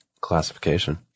classification